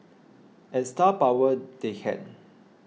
and star power they had